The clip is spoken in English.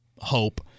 hope